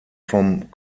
vom